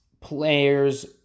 players